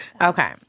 Okay